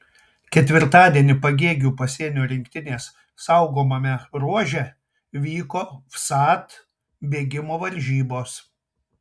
ketvirtadienį pagėgių pasienio rinktinės saugomame ruože vyko vsat bėgimo varžybos